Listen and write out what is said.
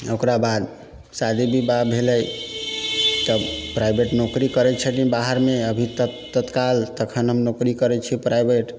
ओकरा बाद शादी विवाह भेलै तब प्राइवेट नौकरी करै छथिन बाहरमे तत्काल तखन हम नौकरी करै छियै प्राइवेट